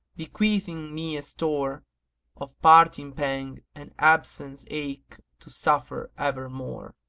bequeathing me a store of parting pang and absence ache to suffer evermore.